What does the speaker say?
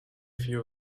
few